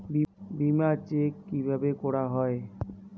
বিমা চেক কিভাবে করা হয়?